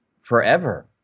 forever